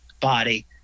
body